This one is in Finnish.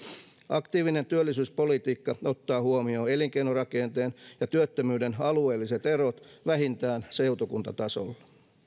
aktiivinen työllisyyspolitiikka ottaa huomioon elinkeinorakenteen ja työttömyyden alueelliset erot vähintään seutukuntatasolla